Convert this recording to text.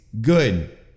good